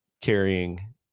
carrying